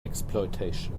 exploitation